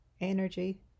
Energy